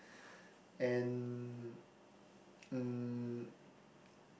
and um